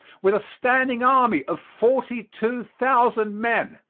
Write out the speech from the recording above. with a standing army of forty-two thousand men,